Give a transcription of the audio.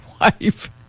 wife